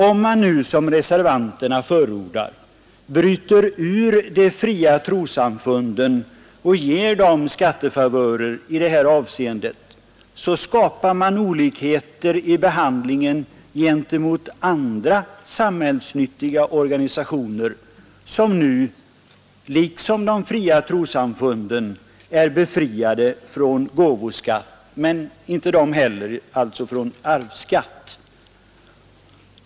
Om man nu, som reservanterna förordar, bryter ut de fria trossamfunden och ger dem skattefavörer i detta avseende, skapar man olikheter i behandlingen gentemot andra samhällsnyttiga organisationer som nu, liksom de fria trossamfunden, är befriade från gåvoskatt men inte från arvsskatt.